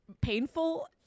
painful